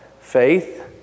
faith